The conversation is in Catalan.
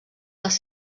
les